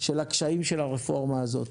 שמראים את הקשיים שברפורמה הזאת.